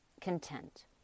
content